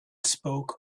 spoke